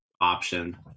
option